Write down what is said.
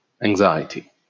Anxiety